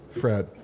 Fred